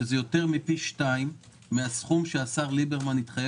שזה יותר מפי שניים מהסכום שהשר ליברמן התחייב